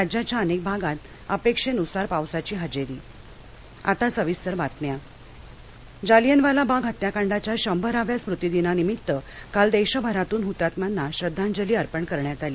राज्याच्या अनेक भागात अपेक्षेन्सार पावसाची हजेरी आता सविस्तर बातम्या जालियनवाला जालियनवाला बाग हत्याकांडाच्या शंभराव्या स्मृतीदिनानिमित्त काल देशभरातून हुतात्म्यांना श्रद्वांजली अर्पण करण्यात आली